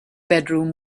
bedroom